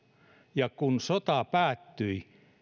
ja kun sota päättyi